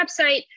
website